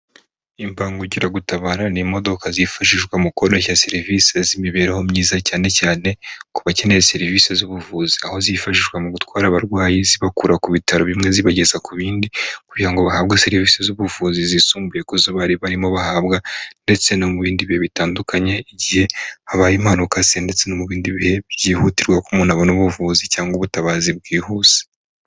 Imbangukiragutabara nii imodoka zifashishwa mu koroshya serivisi z'imibereho myiza, cyane cyane ku bakeneye serivisi z'ubuvuzi. Aho zifashishwa mu gutwara abarwayi, zibakura ku bitaro bimwe zibageza ku bindi kugira ngo bahabwe serivisi z'ubuvuzi zisumbuye ku zo bari barimo bahabwa ndetse no mu bindi bihe bitandukanye, igihe habaye impanuka ndetse no mu bindi bihe byihutirwa ko umuntu abona ubuvuzi cyangwa ubutabazi bwihuse.